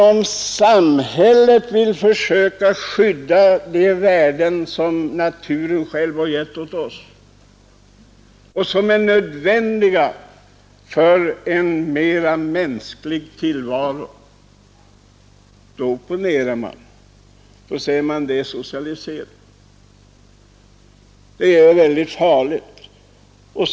Om samhället däremot vill försöka skydda de värden som naturen själv har givit oss och som är nödvändiga för en mera mänsklig tillvaro, då opponerar man och säger att det är socialisering — och det är väldigt farligt.